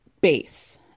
base